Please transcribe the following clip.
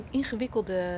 ingewikkelde